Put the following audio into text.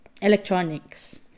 electronics